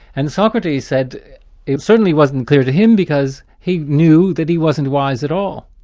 and socrates said it certainly wasn't clear to him, because he knew that he wasn't wise at all.